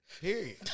Period